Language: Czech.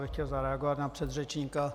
Chtěl bych zareagovat na předřečníka.